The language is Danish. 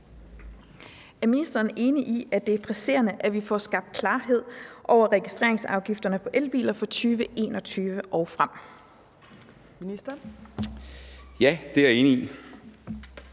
Er ministeren enig i, at det er presserende, at vi får skabt klarhed over registreringsafgifterne på elbiler for 2021 og frem? Kl. 15:31 Fjerde